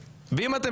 עם זה שאתם